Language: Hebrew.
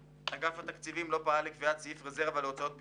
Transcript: אגף התקציבים לא פעל לקביעת סעיף "רזרבה להוצאות פיתוח",